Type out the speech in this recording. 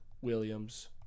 Williams